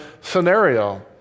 scenario